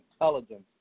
intelligence